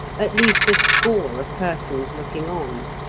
at least a score of persons looking on.